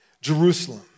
Jerusalem